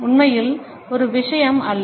உண்மையில் ஒரு விஷயம் அல்ல